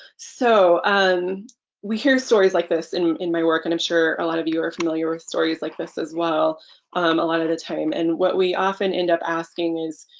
so um we hear stories like this in my work and i'm sure a lot of you are familiar with stories like this as well a lot of the time. and what we often end up asking is,